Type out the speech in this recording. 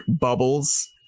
bubbles